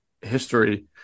history